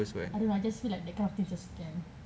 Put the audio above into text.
I don't know I just feel like that kind of things are scam